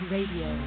Radio